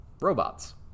robots